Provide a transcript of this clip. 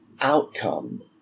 outcome